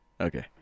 Okay